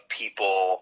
people